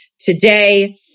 today